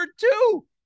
two